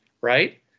right